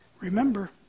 Remember